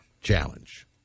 challenge